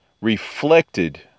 reflected